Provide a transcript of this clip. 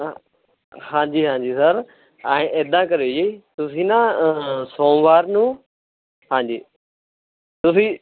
ਹਾ ਹਾਂਜੀ ਹਾਂਜੀ ਸਰ ਐਂ ਇੱਦਾਂ ਕਰਿਓ ਜੀ ਤੁਸੀਂ ਨਾ ਸੋਮਵਾਰ ਨੂੰ ਹਾਂਜੀ ਤੁਸੀਂ